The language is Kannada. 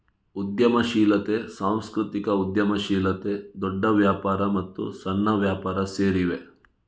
ಉದ್ಯಮಶೀಲತೆ, ಸಾಂಸ್ಕೃತಿಕ ಉದ್ಯಮಶೀಲತೆ, ದೊಡ್ಡ ವ್ಯಾಪಾರ ಮತ್ತು ಸಣ್ಣ ವ್ಯಾಪಾರ ಸೇರಿವೆ